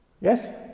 Yes